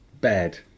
bed